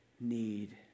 need